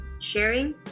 sharing